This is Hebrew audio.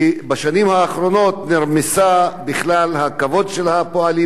כי בשנים האחרונות נרמס בכלל הכבוד של הפועלים